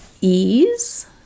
ease